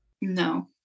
No